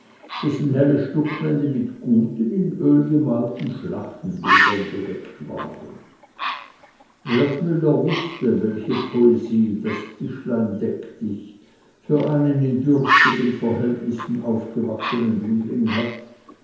dessen helle stuckwände mit guten in öl gemalten schlachtenbildern bedeckt waren wertmüller wußte welche poesie das tischlein deck dich für einen in dürftigen verhältnissen aufgewachsenen jüngling hat